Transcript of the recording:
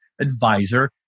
advisor